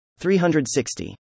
360